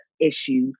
issue